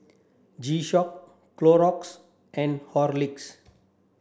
G Shock Clorox and Horlicks